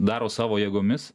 daro savo jėgomis